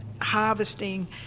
harvesting